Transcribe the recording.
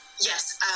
Yes